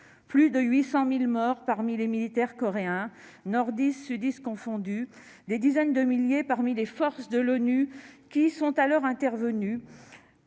plus de 800 000 morts parmi les militaires coréens, nordistes et sudistes confondus, des dizaines de milliers parmi les forces de l'ONU qui sont alors intervenues,